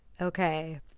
Okay